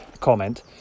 comment